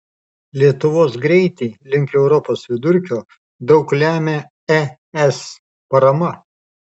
lietuvos greitį link europos vidurkio daug lemia es parama